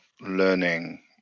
learning